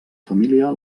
família